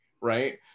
right